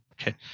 Okay